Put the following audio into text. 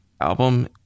album